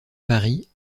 paris